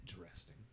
Interesting